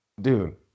Dude